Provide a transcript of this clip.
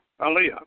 Aaliyah